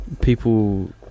people